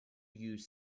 use